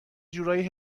جورایی